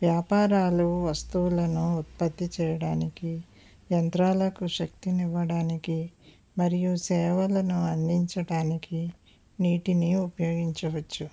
వ్యాపారాలు వస్తువులను ఉత్పత్తి చేయడానికి యంత్రాలకు శక్తిని ఇవ్వడానికి మరియు సేవలను అందించడానికి నీటిని ఉపయోగించవచ్చు